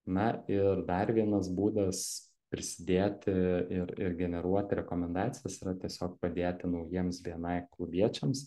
na ir dar vienas būdas prisidėti ir ir generuoti rekomendacijas yra tiesiog padėti naujiems bni klubiečiams